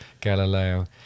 Galileo